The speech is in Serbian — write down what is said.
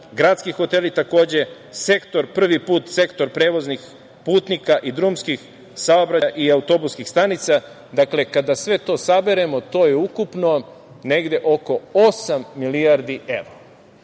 gradski hoteli takođe, sektor, prvi put, prevoznih putnika i drumskog saobraćaj i autobuskih stanica. Dakle, kada sve to saberemo, to je ukupno negde oko osam milijardi